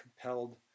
compelled